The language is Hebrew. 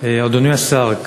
אדוני השר,